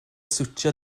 siwtio